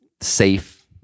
safe